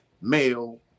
male